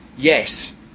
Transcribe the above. Yes